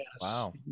Wow